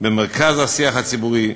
במרכז השיח הציבורי,